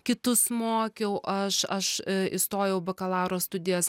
kitus mokiau aš aš įstojau į bakalauro studijas